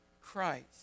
Christ